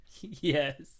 yes